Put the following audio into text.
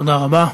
תודה רבה.